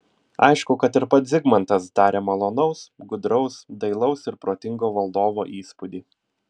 aišku kad ir pats zigmantas darė malonaus gudraus dailaus ir protingo valdovo įspūdį